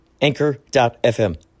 Anchor.fm